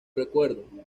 recuerdo